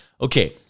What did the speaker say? Okay